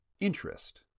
Interest